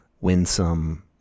winsome